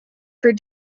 for